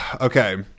Okay